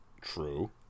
True